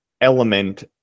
element